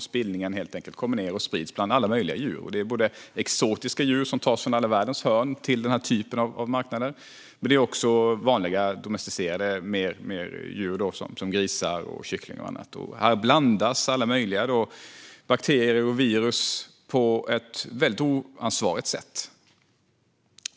Spillningen kom ned och spreds bland alla möjliga djur, både exotiska djur som tas från världens alla hörn till denna typ av marknad och vanliga, domesticerade djur som grisar och kycklingar. Här blandades alla möjliga bakterier och virus på ett väldigt oansvarigt sätt.